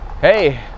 Hey